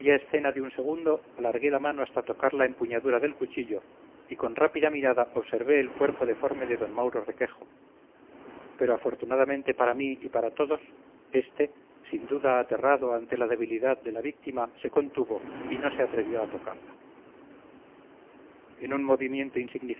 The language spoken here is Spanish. escena de un segundo alargué la mano hasta tocar la empuñadura del cuchillo y con rápida mirada observé el cuerpo deforme de d mauro requejo pero afortunadamente para mí y para todos este sin duda aterrado ante la debilidad de la víctima se contuvo y no se atrevió a tocarla en un movimiento